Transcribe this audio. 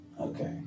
Okay